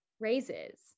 raises